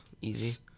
easy